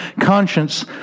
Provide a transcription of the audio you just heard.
conscience